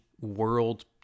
world